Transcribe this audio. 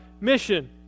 mission